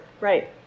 right